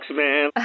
man